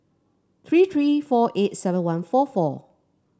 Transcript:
three three four eight seven one four four